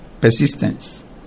persistence